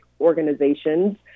organizations